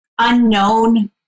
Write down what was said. Unknown